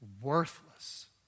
worthless